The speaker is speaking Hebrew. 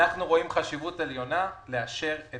אנחנו רואים חשיבות עליונה לאשר את